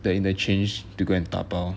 the interchange to go and 打包